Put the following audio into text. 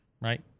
right